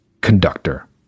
conductor